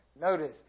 Notice